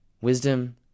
Wisdom